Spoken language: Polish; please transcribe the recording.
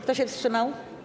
Kto się wstrzymał?